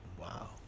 Wow